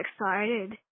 excited